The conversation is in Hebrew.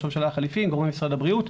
הממשלה החליפי עם גורמי משרד הבריאות,